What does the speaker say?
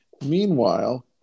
meanwhile